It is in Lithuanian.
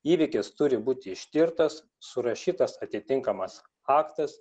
įvykis turi būti ištirtas surašytas atitinkamas aktas